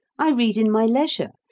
i read in my leisure,